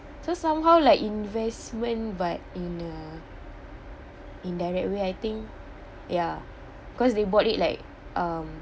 so somehow like investment but in a indirect way I think ya cause they bought it like um